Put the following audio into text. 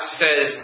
says